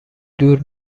دور